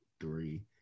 three